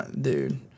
dude